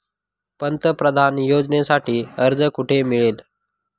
पंतप्रधान योजनेसाठी अर्ज कुठे मिळेल?